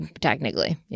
technically